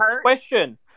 Question